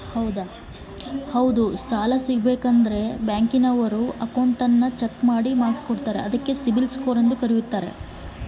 ನಂಗೆ ಸಾಲ ಸಿಗಬೇಕಂದರ ಅದೇನೋ ಬ್ಯಾಂಕನವರು ನನ್ನ ಅಕೌಂಟನ್ನ ಚೆಕ್ ಮಾಡಿ ಮಾರ್ಕ್ಸ್ ಕೊಡ್ತಾರಂತೆ ಹೌದಾ?